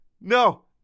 No